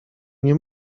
nie